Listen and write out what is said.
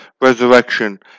resurrection